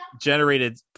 generated